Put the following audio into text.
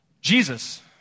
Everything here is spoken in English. Jesus